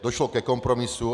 Došlo ke kompromisu.